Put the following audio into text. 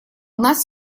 нас